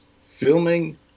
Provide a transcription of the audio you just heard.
filming